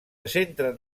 centren